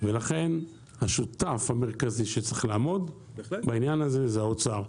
ולכן השותף המרכזי שצריך לעמוד בעניין הזה זה האוצר.